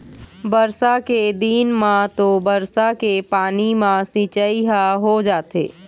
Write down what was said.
बरसा के दिन म तो बरसा के पानी म सिंचई ह हो जाथे